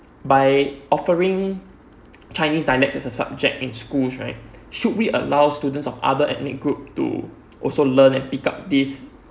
by offering chinese dialects as a subject in schools right should we allows students of other ethnic group to also learn and pick up this